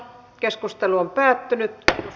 asian käsittely päättyi